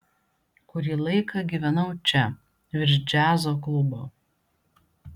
kurį laiką gyvenau čia virš džiazo klubo